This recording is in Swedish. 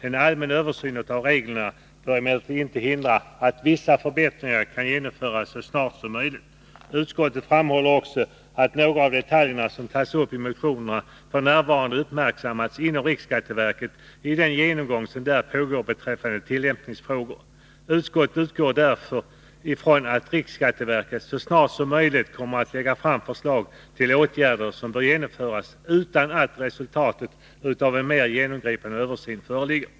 En allmän översyn av reglerna bör emellertid inte hindra att vissa förbättringar genomförs så snart som möjligt. Utskottet framhåller också att några av de detaljer som tas upp i motionerna f.n. uppmärksammas inom riksskatteverket i en genomgång som pågår beträffande vissa tillämpningsfrågor. Utskottet utgår därför från att riksskatteverket så snart som möjligt kommer att lägga fram förslag till åtgärder som bör genomföras utan att resultatet av en mer genomgripande översyn föreligger.